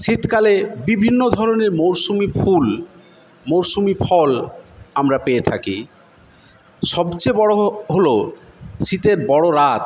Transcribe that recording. শীতকালে বিভিন্ন ধরনের মরশুমি ফুল মরশুমি ফল আমরা পেয়ে থাকি সবচেয়ে বড় হলো শীতের বড় রাত